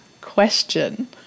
question